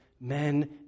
men